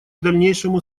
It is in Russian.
дальнейшему